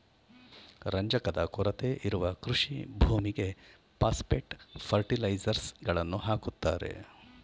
ರಂಜಕದ ಕೊರತೆ ಇರುವ ಕೃಷಿ ಭೂಮಿಗೆ ಪಾಸ್ಪೆಟ್ ಫರ್ಟಿಲೈಸರ್ಸ್ ಗಳನ್ನು ಹಾಕುತ್ತಾರೆ